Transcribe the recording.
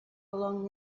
along